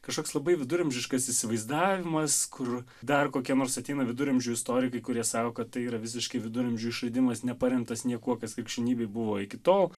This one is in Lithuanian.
kažkoks labai viduramžiškas įsivaizdavimas kur dar kokie nors ateina viduramžių istorikai kurie sako kad tai yra visiškai viduramžių išradimas neparemtas niekuo kas krikščionybėjej buvo iki tol